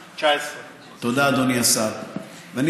70,019. תודה,